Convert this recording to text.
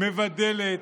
מבדלת,